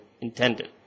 intended